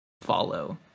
follow